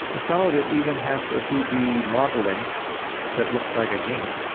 ah some of it even has two d modeling that looks like a game.